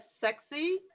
sexy